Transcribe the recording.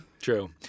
true